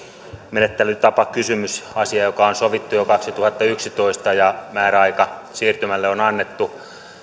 menettelytapakysymys on asia joka on sovittu jo kaksituhattayksitoista ja määräaika siirtymälle on annettu